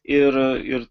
ir ir